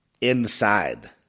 inside